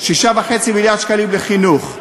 6.5 מיליארד שקלים בחינוך,